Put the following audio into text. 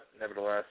nevertheless